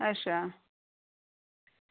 अच्छा